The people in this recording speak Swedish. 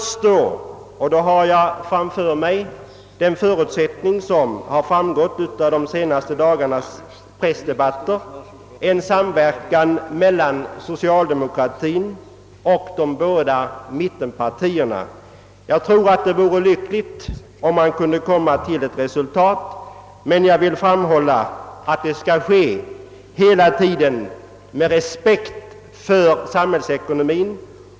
Som framgått av de senaste dagarnas pressdebatter har ett underlag för samverkan åstadkommits mellan socialdemokratien och de båda mittenpartierna. Det vore lyckligt om man härvid kunde uppnå ett resultat, men jag vill framhålla att det måste åstadkommas med respekt för samhällsekonomien.